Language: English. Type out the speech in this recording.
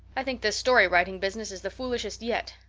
i think this story-writing business is the foolishest yet,